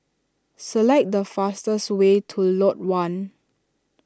select the fastest way to Lot one